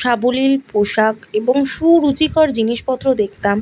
সাবলীল পোশাক এবং সুরুচিকর জিনিসপত্র দেখতাম